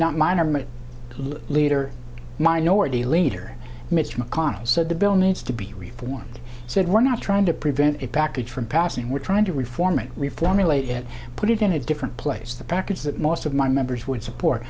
not mine or my leader minority leader mitch mcconnell said the bill needs to be reformed said we're not trying to prevent a package from passing we're trying to reform it reform relate it put it in a different place the package that most of my members would support